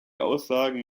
aussagen